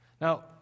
Now